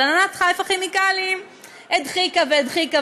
אבל הנהלת "חיפה כימיקלים" הדחיקה והדחיקה,